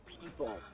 people